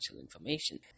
information